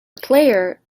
player